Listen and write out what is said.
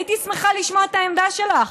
הייתי שמחה לשמוע את העמדה שלך,